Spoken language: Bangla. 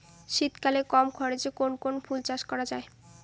শীতকালে কম খরচে কোন কোন ফুল চাষ করা য়ায়?